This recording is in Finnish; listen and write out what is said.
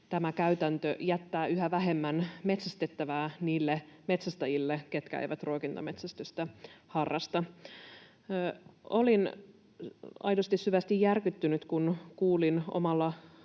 tämä käytäntö jättää yhä vähemmän metsästettävää niille metsästäjille, ketkä eivät ruokintametsästystä harrasta. Olin aidosti, syvästi järkyttynyt, kun kuulin omalla